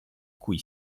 cui